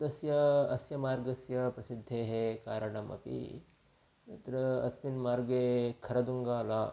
तस्य अस्य मार्गस्य प्रसिद्धेः कारणमपि तत्र अस्मिन् मार्गे खरदुङ्गाला